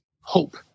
hope